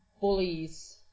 bullies